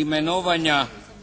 imenovanja